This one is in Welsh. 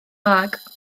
wag